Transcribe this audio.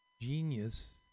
genius